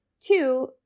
two